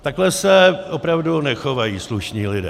Takhle se opravdu nechovají slušní lidé.